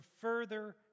further